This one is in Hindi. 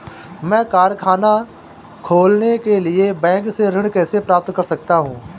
मैं कारखाना खोलने के लिए बैंक से ऋण कैसे प्राप्त कर सकता हूँ?